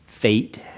Fate